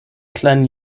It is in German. kleinen